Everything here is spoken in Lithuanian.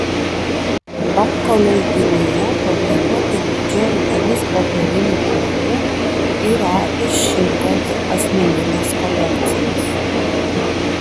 banko leidinyje pavaizduota didžioji dalis popierinių pinigų yra iš šimkaus asmeninės kolekcijos